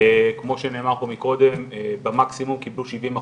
כמו שנאמר פה קודם, במקסימום קיבלו שבעים אחוז.